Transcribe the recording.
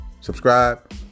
Subscribe